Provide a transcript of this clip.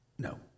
No